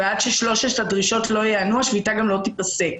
ועד ששלוש הדרישות לא ייענו השביתה גם לא תיפסק.